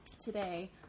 today